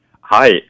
Hi